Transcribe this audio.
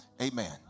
amen